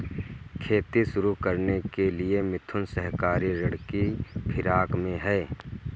खेती शुरू करने के लिए मिथुन सहकारी ऋण की फिराक में है